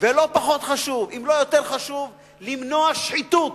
ולא פחות חשוב, אם לא יותר חשוב, למנוע שחיתות,